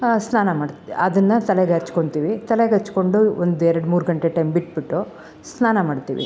ಸ್ನಾನ ಮಾಡ್ತ ಅದನ್ನು ತಲೆಗೆ ಹಚ್ಕೊಂತಿವಿ ತಲೆಗೆ ಹಚ್ಕೊಂಡು ಒಂದು ಎರಡು ಮೂರು ಗಂಟೆ ಟೈಮ್ ಬಿಟ್ಬಿಟ್ಟು ಸ್ನಾನ ಮಾಡ್ತಿವಿ